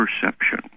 perception